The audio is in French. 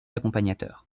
accompagnateur